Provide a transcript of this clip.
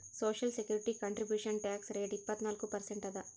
social security contribution tax rate ಇಪ್ಪತ್ನಾಲ್ಕು percent ಅದ